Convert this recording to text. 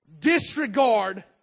disregard